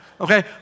Okay